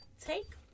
Take